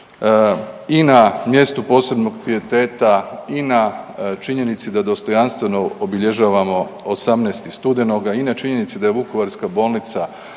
I na mjestu posebnog pijeteta i na činjenici da dostojanstveno obilježavamo 18. studenoga i na činjenici da je Vukovarska bolnica